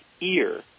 ear